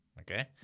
Okay